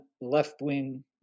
left-wing